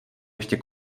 ještě